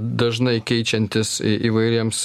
dažnai keičiantis įvairiems